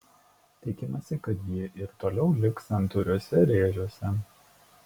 tikimasi kad ji ir toliau liks santūriuose rėžiuose